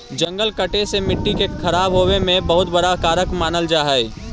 जंगल कटे से मट्टी के खराब होवे में बहुत बड़ा कारक मानल जा हइ